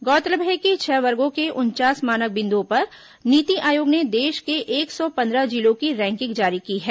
गौरतलब है कि छह वर्गों के उनचास मानक बिंदुओं पर नीति आयोग ने देश के एक सौ पंद्रह जिलों की रैंकिंग जारी की है